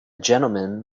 gentleman